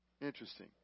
Interesting